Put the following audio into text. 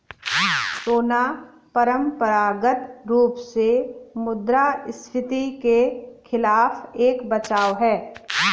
सोना परंपरागत रूप से मुद्रास्फीति के खिलाफ एक बचाव है